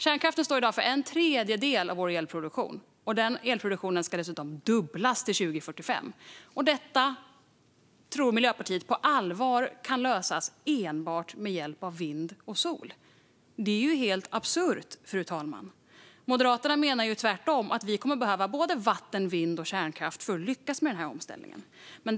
Kärnkraften står i dag för en tredjedel av vår elproduktion. Den elproduktionen ska dessutom dubblas till 2045. Detta tror Miljöpartiet på allvar kan lösas enbart med hjälp av vind och sol. Det är ju helt absurt, fru talman. Moderaterna menar tvärtom att vi kommer att behöva både vatten, vind och kärnkraft för att lyckas med omställningen.